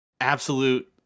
absolute